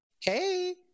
hey